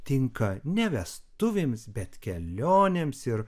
tinka ne vestuvėms bet kelionėms ir